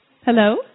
Hello